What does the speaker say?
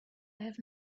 have